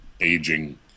aging